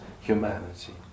humanity